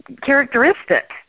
characteristic